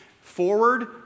forward